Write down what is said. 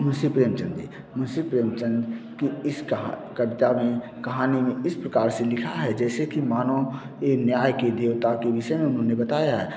मुंशी प्रेमचंद जी मुंशी प्रेमचंद कि इस कहा कविता में कहानी में इस प्रकार से लिखा है जैसे कि मानो ये न्याय के देवता के विषय में उन्होंने बताया है